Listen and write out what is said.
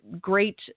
great